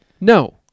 No